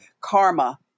karma